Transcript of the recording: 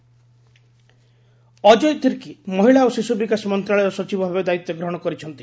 Ajay Tirkey charge Ajay Tirkey ମହିଳା ଓ ଶିଶୁ ବିକାଶ ମନ୍ତ୍ରଣାଳୟ ସଚିବ ଭାବେ ଦାୟିତ୍ୱ ଗ୍ରହଣ କରିଛନ୍ତି